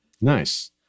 Nice